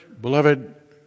beloved